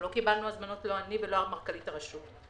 לא קיבלנו הזמנות לא אני ולא מנכ"לית הרשות.